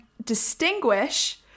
distinguish